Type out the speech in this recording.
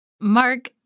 Mark